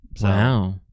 Wow